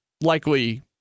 likely